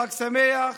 חג שמח.